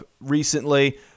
recently